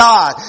God